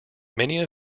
many